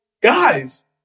guys